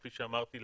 כפי שאמרתי,